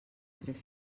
tres